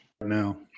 now